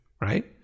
right